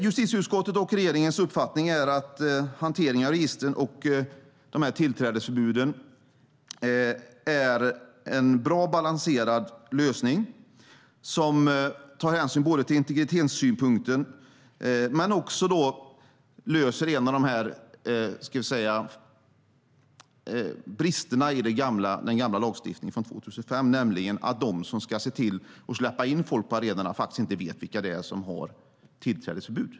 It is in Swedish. Justitieutskottets och regeringens uppfattning är att hanteringen av registren och tillträdesförbuden är en bra och balanserad åtgärd som tar hänsyn till integritetssynpunkten men som också löser bristerna i den gamla lagstiftningen från 2005, nämligen att de som ska släppa in folk på arenorna faktiskt inte vet vilka som har tillträdesförbud.